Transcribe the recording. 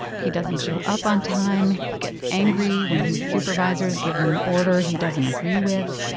he doesn't show up on time. he gets angry when his supervisors give him an order he doesn't agree with.